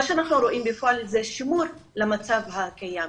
מה שאנחנו רואים בפועל זה שימור המצב הקיים,